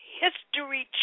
history